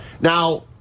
Now